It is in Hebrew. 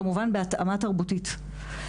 כמובן בהתאמה תרבותית.